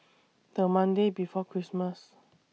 The Monday before Christmas